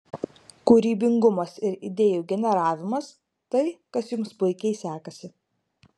kūrybingumas ir idėjų generavimas tai kas jums puikiai sekasi